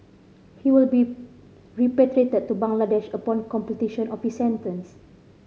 he will be repatriated to Bangladesh upon completion of his sentence